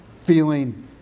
feeling